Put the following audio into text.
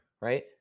right